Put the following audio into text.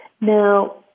Now